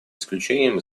исключением